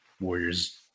Warriors